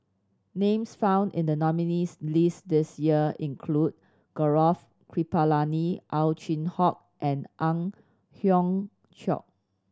names found in the nominees' list this year include Gaurav Kripalani Ow Chin Hock and Ang Hiong Chiok